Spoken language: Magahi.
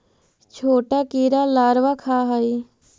छोटा कीड़ा लारवा खाऽ हइ